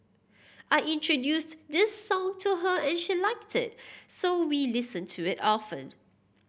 I introduced this song to her and she liked it so we listen to it often